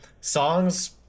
songs